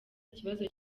ikibazo